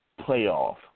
playoff